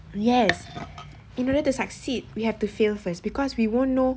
yes in order to succeed we have to fail first because we won't know